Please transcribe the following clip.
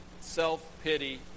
Self-pity